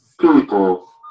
people